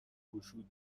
گشود